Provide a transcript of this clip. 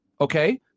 okay